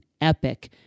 epic